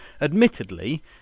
Admittedly